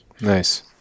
Nice